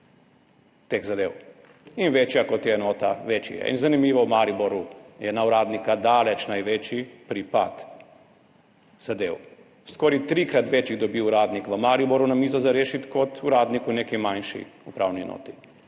teh zadev, in večja, kot je enota, večji je. In zanimivo, v Mariboru je na uradnika daleč največji pripad zadev, skoraj trikrat več jih dobi uradnik v Mariboru na mizo za rešiti kot uradnik v neki manjši upravni enoti.